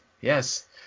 yes